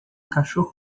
cachorro